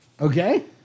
Okay